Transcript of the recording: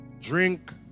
drink